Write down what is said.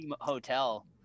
hotel